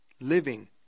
living